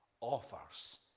offers